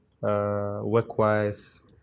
work-wise